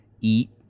eat